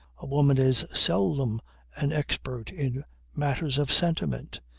a woman is seldom an expert in matters of sentiment.